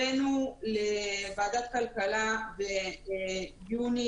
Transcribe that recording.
הבאנו לוועדת הכלכלה ביוני